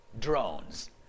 drones